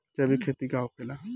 जैविक खेती का होखेला?